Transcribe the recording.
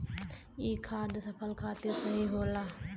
ई खाद फसल खातिर सही होला